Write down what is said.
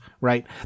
right